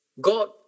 God